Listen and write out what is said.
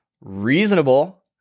reasonable